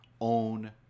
own